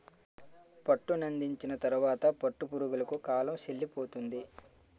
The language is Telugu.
పట్టునందించిన తరువాత పట్టు పురుగులకు కాలం సెల్లిపోతుంది